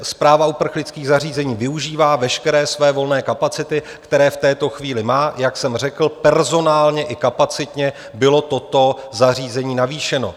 Správa uprchlických zařízení využívá veškeré své volné kapacity, které v této chvíli má, jak jsem řekl, personálně i kapacitně bylo toto zařízení navýšeno.